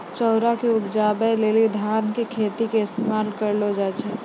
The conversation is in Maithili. चाउरो के उपजाबै लेली धान के खेतो के इस्तेमाल करलो जाय छै